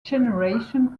generation